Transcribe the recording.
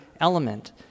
element